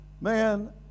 Man